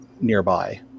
nearby